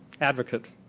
advocate